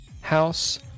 house